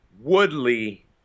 Woodley